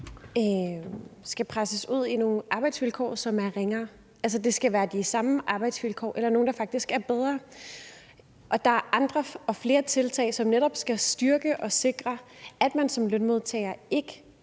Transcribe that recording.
skal presses ud i nogle arbejdsvilkår, som er ringere – altså, det skal være de samme arbejdsvilkår eller nogle, der faktisk er bedre. Og der er andre og flere tiltag, som netop skal sikre, at man som lønmodtagere ikke